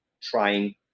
trying